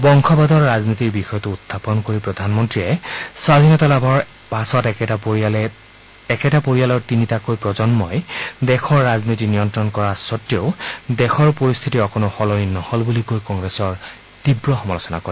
বংশবাদৰ ৰাজনীতিৰ বিষয়টো উখাপন কৰি প্ৰধানমন্ত্ৰীয়ে স্বাধীনতা লাভৰ পাছত একেটা পৰিয়ালৰ তিনিটাকৈ প্ৰজন্মই দেশৰ ৰাজনীতি নিয়ল্লণ কৰা স্বত্বেও দেশৰ পৰিস্থিতি অকণো সলনি নহল বুলি কৈ কংগ্ৰেছৰ তীৱ সমালোচনা কৰে